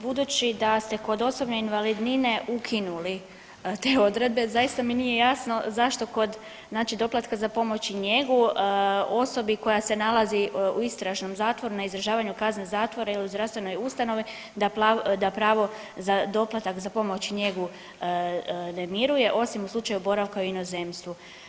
Budući da ste kod osobne invalidnine ukinuli te odredbe zaista mi nije jasno zašto kod znači doplatka za pomoć i njegu osobi koja se nalazi u istražnom zatvoru, na izdržavanju kazne zatvora i u zdravstvenoj ustanovi da pravo za doplatak za pomoć i njegu ne miruje osim u slučaju boravka u inozemstvu.